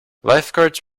lifeguards